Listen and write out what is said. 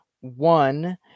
one